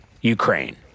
Ukraine